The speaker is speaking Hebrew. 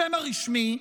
השם הרשמי,